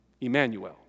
Emmanuel